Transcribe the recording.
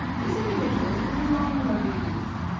this individual was a long-legged youth,